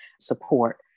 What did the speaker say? support